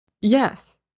Yes